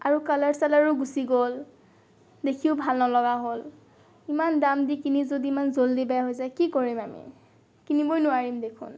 আৰু কালাৰ চালাৰো গুচি গ'ল দেখিও ভাল নলগা হ'ল ইমান দাম দি কিনি যদি ইমান জল্দি বেয়া যায় কি কৰিম আমি কিনিবই নোৱাৰিম দেখোন